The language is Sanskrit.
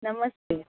नमस्ते